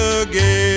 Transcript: again